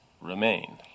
remain